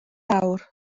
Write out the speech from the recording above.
awr